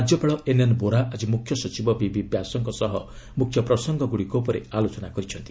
ରାଜ୍ୟପାଳ ଏନ୍ଏନ୍ ବୋରା ଆଜି ମ୍ରଖ୍ୟ ସଚିବ ବିବି ବ୍ୟାସଙ୍କ ସହ ମ୍ରଖ୍ୟ ପ୍ରସଙ୍ଗଗୁଡ଼ିକ ଉପରେ ଆଲୋଚନା କରିଛନ୍ତି